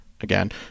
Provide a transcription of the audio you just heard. again